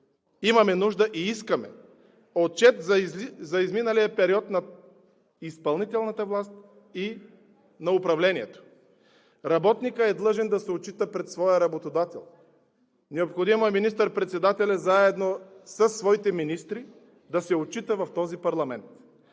имаме нужда и искаме отчет за изминалия период на изпълнителната власт и на управлението. Работникът е длъжен да се отчита пред своя работодател. Необходимо е министър-председателят заедно със своите министри да се отчита в своя парламент,